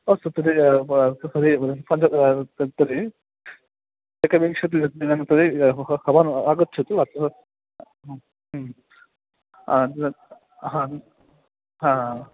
अस्तु तर्हि अस्तु तर्हि पञ्च तर्हि एकविंशतिदिनं तर्हि भवान् आगच्छतु अत्र हा हा